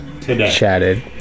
chatted